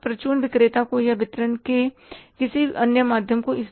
उस परचून विक्रेता को या वितरण के किसी अन्य माध्यम को